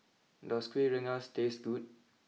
does Kuih Rengas taste good